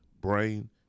brain